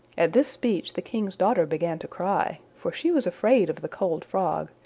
at this speech the king's daughter began to cry, for she was afraid of the cold frog,